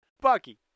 Bucky